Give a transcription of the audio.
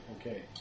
Okay